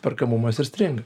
perkamumas ir stringa